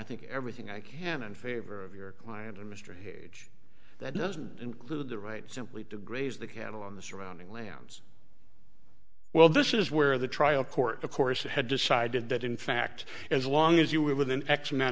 think everything i can in favor of your client and mr here age that doesn't include the right simply to graze the cattle on the surrounding lands well this is where the trial court of course had decided that in fact as long as you were within x amount